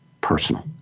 personal